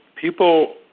people